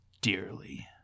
dearly